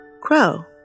Crow